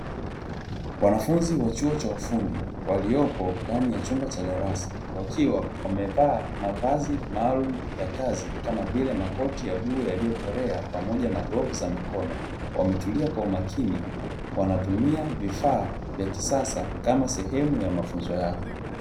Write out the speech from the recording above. Wanafunzi wa chuo cha ufundi waliopo ndani ya chumba cha darasa wakiwa wamevaa mavazi maalumu ya kazi kama vile makoti ya rangi ya bluu yaliyokolea, pamoja na glavu za mikono, wametulia kwa umakini, wanatumia vifaa vya kisasa kama sehemu ya mafunzo yao.